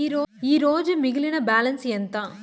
ఈరోజు మిగిలిన బ్యాలెన్స్ ఎంత?